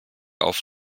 auf